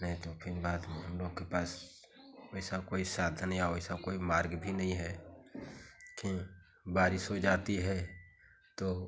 नहीं तो फिन बाद में हम लोग के पास वैसा कोई साधन या वैसा कोई मार्ग भी नहीं है कि बारिश हो जाती है तो